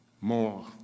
more